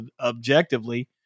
objectively